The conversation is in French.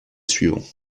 suivants